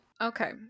Okay